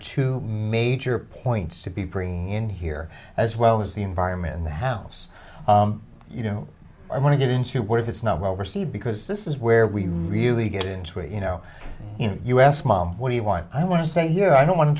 two major points to be bringing in here as well as the environment in the house you know i want to get into what if it's not well received because this is where we really get into a you know us mom what do you want i want to say here i don't want to